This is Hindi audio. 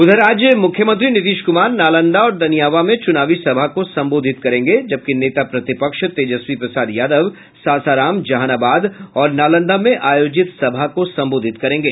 उधर आज मुख्यमंत्री नीतीश कुमार नालंदा और दनियावां में चुनावी सभा को संबोधित करेंगे जबकि नेता प्रतिपक्ष तेजस्वी प्रसाद यादव सासाराम जहानाबाद और नालंदा में आयोजित सभा को संबोधित करेंगे